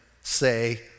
say